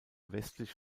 westlich